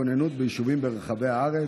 הכוננות ביישובים ברחבי הארץ.